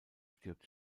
stirbt